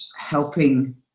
helping